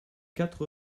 quatre